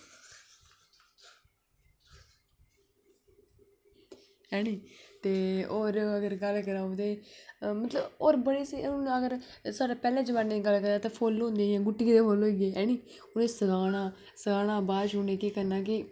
है नी ते और अगर गल्ल करां ते मतलब औऱ बडे स्हेई हून अगर साढ़ा पहले जमाने दी गल्ल करां ते फुल होंदे हे गुट्टिए दे फुल होई गे है नी उनेंगी सकाना सकाना बाद उनेंगी केह् करना कि